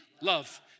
love